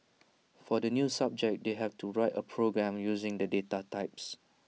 for the new subject they have to write A program using the data types